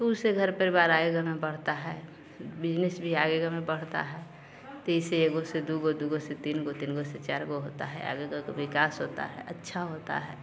उसे घर परिवार आगे नहीं बढ़ता है बिजनेस भी आगे नहीं बढ़ता है त इ से दो गो दो गो से तीन गो तीन गो से चार गो होता है आगे गा विकास होता है अच्छा होता है